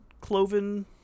cloven